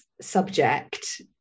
subject